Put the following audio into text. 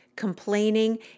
complaining